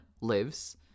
lives